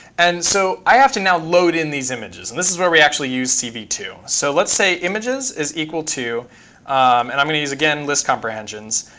and so i have to now load in these images. and this is where we actually use c v two. so let's say images is equal to and i'm going to use, again, list comprehensions.